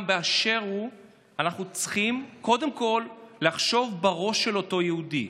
באשר הוא אנחנו צריכים קודם כול לחשוב בראש של אותו יהודי,